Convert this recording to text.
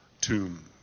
tomb